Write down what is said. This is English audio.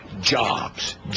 jobs